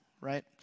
right